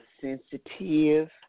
sensitive